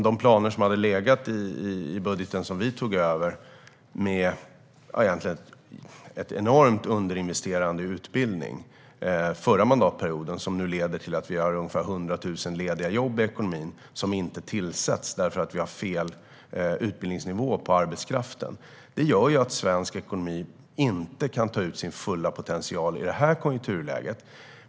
De planer som låg i budgeten som vi tog över, med en enorm underinvestering i utbildning förra mandatperioden som nu leder till att vi har ungefär 100 000 lediga jobb i ekonomin som inte tillsätts därför att vi har fel utbildningsnivå på arbetskraften, gör att svensk ekonomi inte kan ta ut sin fulla potential i det här konjunkturläget.